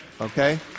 okay